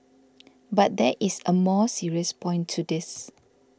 but there is a more serious point to this